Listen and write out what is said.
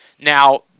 Now